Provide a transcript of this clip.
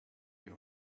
your